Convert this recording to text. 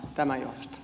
kiitos